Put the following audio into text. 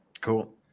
cool